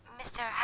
Mr